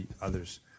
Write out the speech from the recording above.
others